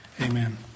amen